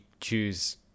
choose